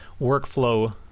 workflow